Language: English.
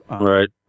Right